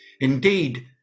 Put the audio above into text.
Indeed